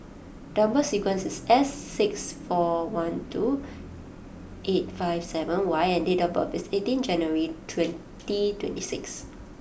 number sequence is S six four one two eight five seven Y and date of birth is eighteen January twenty twenty six